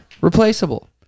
replaceable